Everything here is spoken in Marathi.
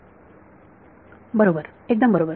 विद्यार्थी बरोबर एकदम बरोबर